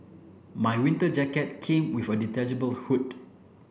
my winter jacket came with a detachable hood